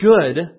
good